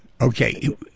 Okay